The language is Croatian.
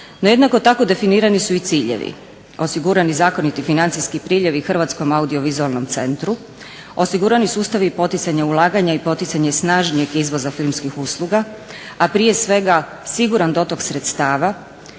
No jednako tako definirani su i ciljevi, osigurani zakoniti financijski priljevi Hrvatskom audiovizualnom centru, osigurani sustavi poticanja ulaganja i poticanje snažnijeg izvoza filmskih usluga, a prije svega siguran dotok sredstava